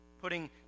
Putting